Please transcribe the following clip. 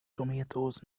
tomatoes